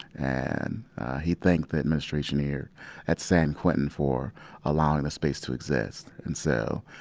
and he thanked the administration here at san quentin for allowing the space to exist. and so,